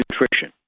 nutrition